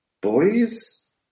Boys